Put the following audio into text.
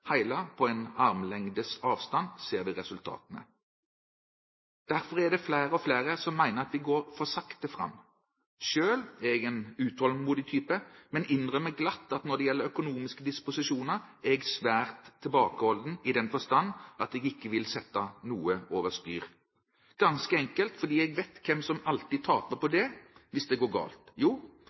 flere og flere som mener at vi går for sakte fram. Selv er jeg en utålmodig type, men innrømmer glatt at når det gjelder økonomiske disposisjoner, er jeg svært tilbakeholden i den forstand at jeg ikke vil sette noe over styr, ganske enkelt fordi jeg vet hvem som alltid taper på det hvis det går galt.